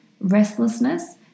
restlessness